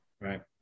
right